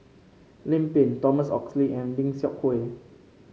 Lim Pin Thomas Oxley and Lim Seok Hui